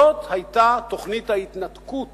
זאת היתה תוכנית ההתנתקות